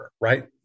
Right